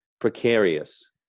precarious